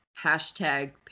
hashtag